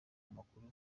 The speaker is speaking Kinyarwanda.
amakuru